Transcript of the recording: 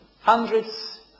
hundreds